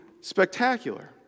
spectacular